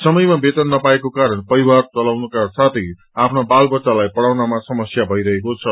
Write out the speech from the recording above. समयमा वेतन नपाएको कारण परिवार चलाउनुका साथे आफ्ना बाल बच्चालाई पढ़ाउनमा समस्या भइरहेको छ